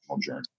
journey